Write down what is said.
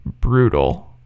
brutal